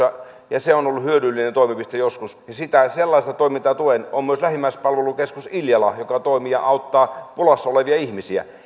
ja kun se on ollut hyödyllinen toimipiste joskus niin sellaista toimintaa tuen on myös lähimmäispalvelukeskus iljala joka toimii ja auttaa pulassa olevia ihmisiä